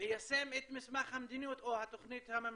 ליישם את מסמך המדיניות, או התוכנית הממשלתית.